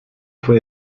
fue